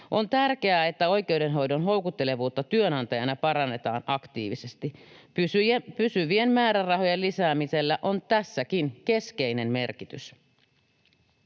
On tärkeää, että oikeudenhoidon houkuttelevuutta työnantajana parannetaan aktiivisesti. Pysyvien määrärahojen lisäämisellä on tässäkin keskeinen merkitys.